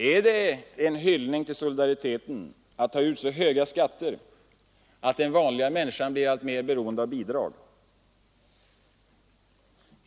Är det en hyllning till solidariteten att ta ut så höga skatter att den vanliga människan blir alltmer beroende av bidrag?